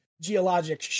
geologic